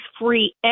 free